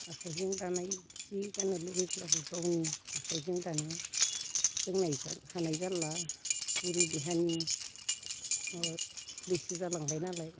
आखाइजों दानाय जि गाननो लुगैब्लाबो गावनि आखाइजों दानो रोंनायजों हानाय जाला बुरि देहानि माबा बैसो जालांबायनालाय